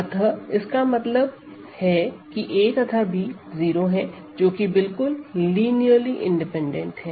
अतः इसका मतलब है कि a तथा b 0 हैं जो कि बिल्कुल लिनियरली इंडिपैंडेंट है